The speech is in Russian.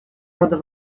рода